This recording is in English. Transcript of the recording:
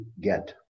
get